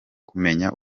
kumenya